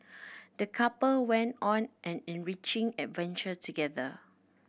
the couple went on an enriching adventure together